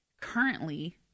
Currently